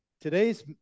today's